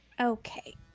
Okay